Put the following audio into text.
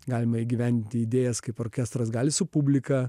galima įgyvendinti idėjas kaip orkestras gali su publika